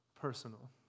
personal